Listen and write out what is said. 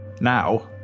Now